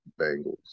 Bengals